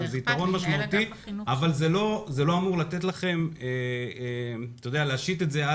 זה יתרון משמעותי אבל לא אמורים להשית את זה על